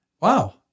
wow